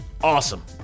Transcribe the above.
awesome